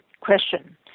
question